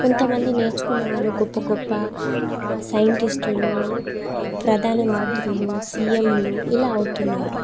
కొంతమంది నేర్చుకున్న వాళ్ళు గొప్ప గొప్ప సైంటిస్టులు ప్రధాన మంత్రులు సీఎంలు ఇలా అవుతున్నారు